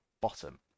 bottom